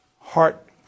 heart